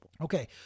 Okay